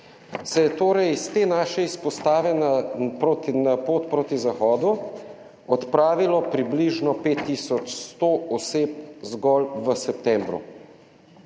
se je torej iz te naše izpostave na, na pot proti zahodu, odpravilo približno 5 tisoč 100 oseb zgolj v septembru.